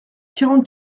quarante